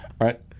right